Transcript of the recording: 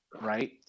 right